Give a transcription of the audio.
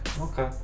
Okay